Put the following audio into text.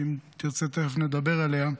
שתכף נדבר עליה,